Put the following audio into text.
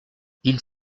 ils